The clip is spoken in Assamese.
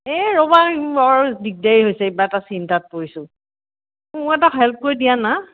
এই ৰ'বা দিগদাৰী হৈছে এইবাৰ এটা চিন্তাত পৰিছোঁ মোক এটা হেল্প কৰি দিয়ানা